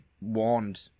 warned